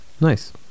nice